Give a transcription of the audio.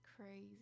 Crazy